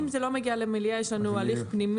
אם זה לא מגיע למליאה, יש לנו הליך פנימי.